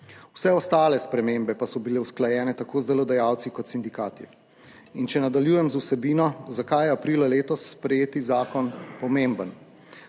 Vse ostale spremembe pa so bile usklajene tako z delodajalci, kot sindikati. In če nadaljujem z vsebino, zakaj je aprila letos sprejeti zakon pomemben?